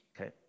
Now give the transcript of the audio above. Okay